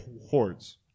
hordes